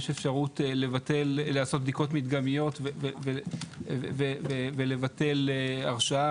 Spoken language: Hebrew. יש אפשרות לעשות בדיקות מדגמיות ולבטל הרשאה